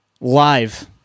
live